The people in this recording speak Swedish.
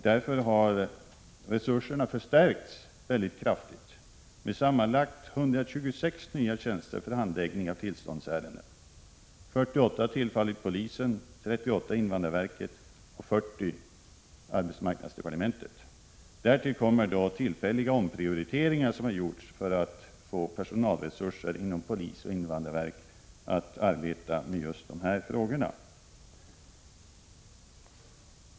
Därför har resurserna förstärkts kraftigt, med sammanlagt 126 nya tjänster för handläggning av tillståndsärenden, varav 48 tjänster tillfallit polisen, 38 tjänster invandrarverket och 40 tjänster arbetsmarknadsdepartementet. Därtill kommer tillfälliga omprioriteringar som gjorts för att få personalresurser inom polisen och invandrarverket att arbeta just med dessa frågor.